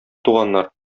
туганнар